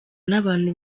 n’abantu